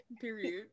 Period